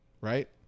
right